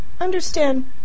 Understand